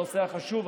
אתה גם תשלם 7% מע"מ.